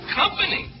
company